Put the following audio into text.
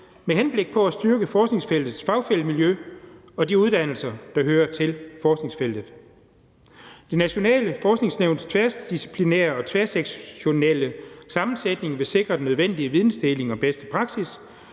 med henblik på at styrke forskningsfeltets fagfællemiljø og de uddannelser, der hører til forskningsfeltet. Det Nationale Forskningsnævns tværdisciplinære og tværsektionelle sammensætning vil sikre den nødvendige vidensdeling og bedste praksis